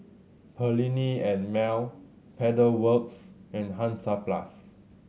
Perllini and Mel Pedal Works and Hansaplast